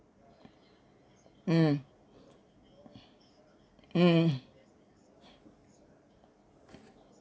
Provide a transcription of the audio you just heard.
mm mmhmm